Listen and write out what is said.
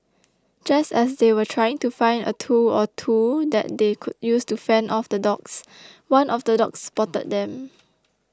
just as they were trying to find a tool or two that they could use to fend off the dogs one of the dogs spotted them